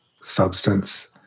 substance